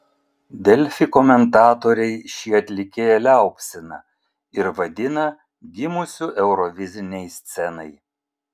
delfi komentatoriai šį atlikėją liaupsina ir vadina gimusiu eurovizinei scenai